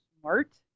smart